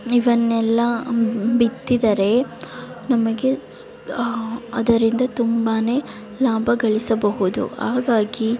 ಇವನ್ನೆಲ್ಲ ಬಿತ್ತಿದರೆ ನಮಗೆ ಅದರಿಂದ ತುಂಬನೇ ಲಾಭ ಗಳಿಸಬಹುದು ಹಾಗಾಗಿ